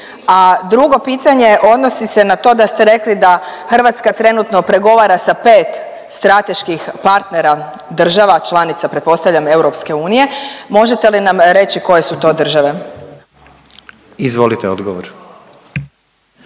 a drugo pitanje odnosi se na to da ste rekli da Hrvatska trenutno pregovara sa 5 strateških partnera država članica pretpostavljam EU, možete li nam reći koje su to države? **Jandroković,